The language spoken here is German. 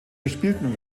gespielten